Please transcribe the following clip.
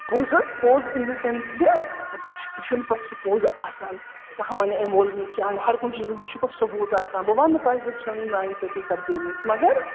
پوٚز حظ پوٚز اِن دَ سٮ۪نٕس کہِ وٕچھ یہِ چھُنہٕ پَتہٕ سُہ کُنٛز آسان کانٛہہ وَنہِ أمۍ وول مےٚ چنٛڈ ہر کُنہِ چیٖزَس منٛز چھُ پَتہٕ ثبوٗت آسان بہٕ وَنہٕ نہٕ تۄہہِ سۭتۍ چھو نہٕ نااِنصٲفی سَپدیمٕژ مگر